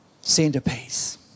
centerpiece